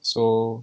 so